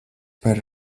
par